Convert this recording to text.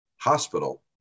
hospital